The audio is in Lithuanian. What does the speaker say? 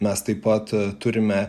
mes taip pat turime